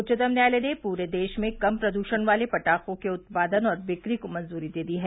उच्चतम न्यायालय ने पूरे देश में कम प्रद्रषण वाले पटाखों के उत्पादन और बिक्री को मंजूरी दे दी है